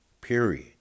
Period